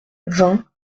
vingt